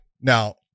Now